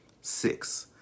Six